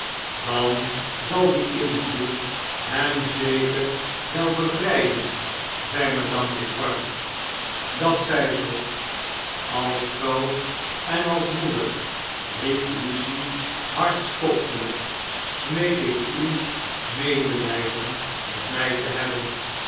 dan zal die invloed hem zeker wel bevrjjden zei madame defarge dat zjj zoo als vrouw en als moeder riep lucie hartstochteljjk smeek ik u medeltjden met mij te hebben